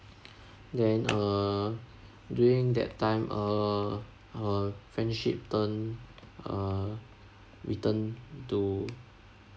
then uh during that time uh our friendship turn uh we turn to